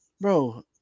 Bro